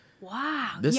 wow